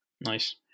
Nice